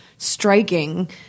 Striking